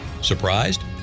Surprised